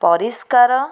ପରିଷ୍କାର